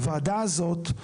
הוועדה הזאת,